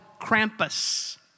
Krampus